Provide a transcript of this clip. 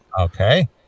okay